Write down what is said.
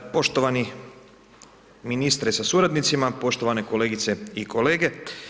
Poštovani ministre sa suradnicima poštovane kolegice i kolege.